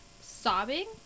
sobbing